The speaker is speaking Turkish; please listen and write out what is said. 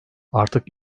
artık